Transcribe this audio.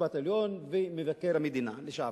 בית-המשפט העליון ומבקר המדינה לשעבר.